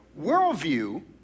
Worldview